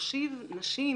להושיב נשים